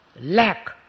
lack